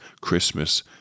Christmas